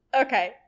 Okay